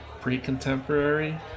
Pre-contemporary